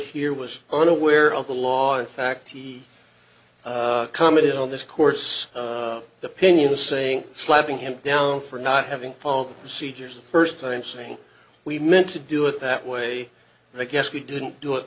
here was unaware of the law in fact he commented on this course opinion saying slapping him down for not having phone seizures the first time saying we meant to do it that way i guess we didn't do it